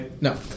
No